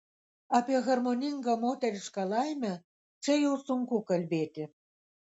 apie harmoningą moterišką laimę čia jau sunku kalbėti